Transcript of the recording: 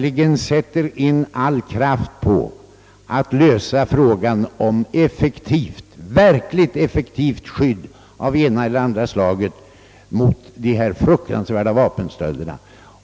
insättes all kraft för att lösa frågan om ett verkligt effektivt skydd av ena eller andra slaget mot dessa fruktansvärda vapenstölder.